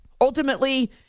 Ultimately